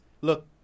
look